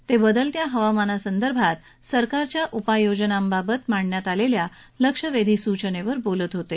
ते बदलात्या हवामाना संदर्भात सरकारच्या उपाययोजना याबाबत मांडण्यात आलेल्या लक्षवेधी सूचनेवर बोलत होते